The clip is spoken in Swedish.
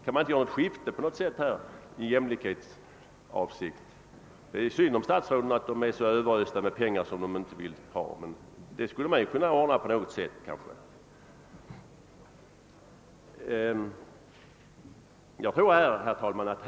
Kan man inte där göra något slags skifte i jämlikhetsavseende? Det är verkligen synd om statsråden, om de skulle vara så till den grad överösta med pengar som de inte vill ha.